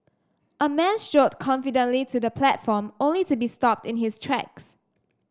a man strode confidently to the platform only to be stopped in his tracks